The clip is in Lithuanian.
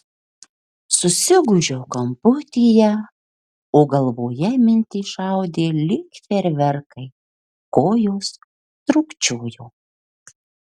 susigūžiau kamputyje o galvoje mintys šaudė lyg fejerverkai kojos trūkčiojo